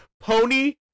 pony